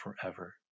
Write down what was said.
forever